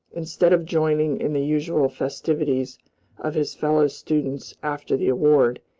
instead of joining in the usual festivities of his fellow-students after the award,